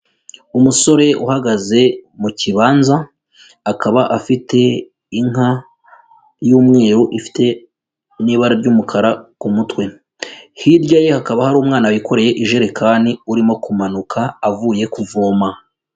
Umusore uhagaze mu kibanza, akaba afite inka y'umweru ifite n'ibara ry'umukara ku mutwe, hirya ye hakaba hari umwana wikoreye ijerekani, urimo kumanuka avuye kuvoma.